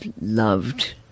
loved